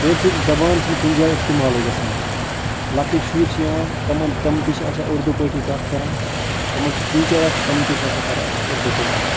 کٲشر زبان چھَنہٕ کُنہِ جایہِ اِستِمالے گَژھان کِہینۍ لۄکٕٹۍ شُرۍ چھِ یِوان تِمن تِم تہِ چھِ آسان اُردو پٲٹھی کَتھ کَران تِمن چھِ ٹیٖچر آسان تِم تہِ آسان کَران اُردو پٲٹھی کَتھ